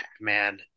man